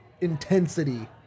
intensity